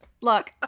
Look